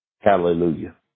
Hallelujah